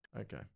Okay